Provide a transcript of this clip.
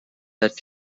that